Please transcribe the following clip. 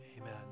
amen